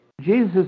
Jesus